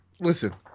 listen